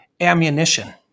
ammunition